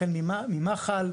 החל מ"מח"ל",